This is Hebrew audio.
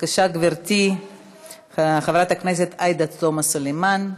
של חברי הכנסת עאידה תומא סלימאן,